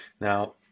Now